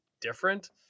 different